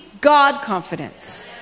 God-confidence